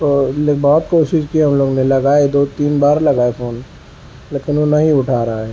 تو بہت کوشش کی ہم لوگ نے لگائے دو تین بار لگائے فون لیکن وہ نہیں اٹھا رہا ہے